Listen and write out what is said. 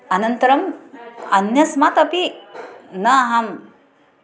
अनन्तरम् अन्यस्मात् अपि न अहम्